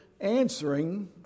answering